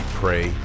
pray